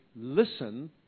listen